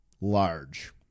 Large